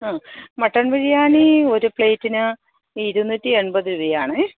അ mutton biryani ഒരു പ്ലേറ്റിന് ഇരുന്നൂറ്റി എണ്പതു രൂപയാണേ